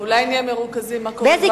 אולי נהיה מרוכזים, מה קורה, חברים, לא להפריע.